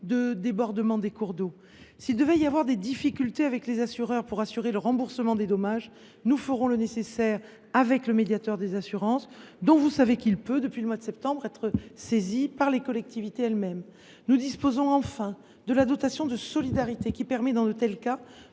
de débordement des cours d’eau. Si des difficultés survenaient avec les assureurs quant au remboursement des dommages, nous ferions le nécessaire avec le médiateur des assurances, dont vous savez qu’il peut, depuis le mois de septembre, être saisi par les collectivités elles mêmes. Nous disposons enfin de la dotation de solidarité en faveur de